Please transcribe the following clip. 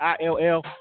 ill